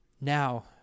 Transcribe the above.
now